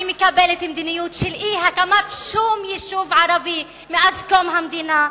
אני מקבלת מדיניות של אי-הקמת שום יישוב ערבי מאז קום המדינה,